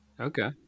Okay